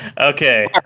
Okay